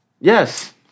Yes